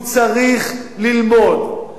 הוא צריך ללמוד,